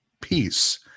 peace